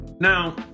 Now